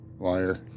Liar